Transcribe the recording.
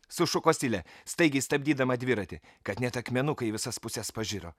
sušuko silė staigiai stabdydama dviratį kad net akmenukai į visas puses pažiro